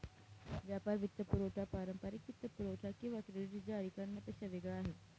व्यापार वित्तपुरवठा पारंपारिक वित्तपुरवठा किंवा क्रेडिट जारी करण्यापेक्षा वेगळा आहे